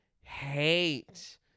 hate